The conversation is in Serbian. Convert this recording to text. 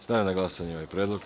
Stavljam na glasanje ovaj predlog.